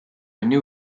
new